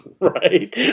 Right